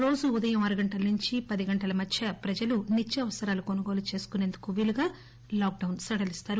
రోజు ఉదయం ఆరు గంటల నుంచి పది గంటల మధ్య ప్రజలు నిత్యావసరాలు కొనుగోలు చేసుకుసేదుకు వీలుగా లాక్ డౌస్ సడలిస్తారు